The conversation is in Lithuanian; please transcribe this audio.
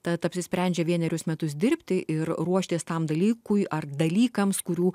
tad apsisprendžia vienerius metus dirbti ir ruoštis tam dalykui ar dalykams kurių